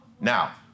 Now